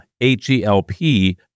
H-E-L-P